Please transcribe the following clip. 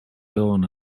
dawn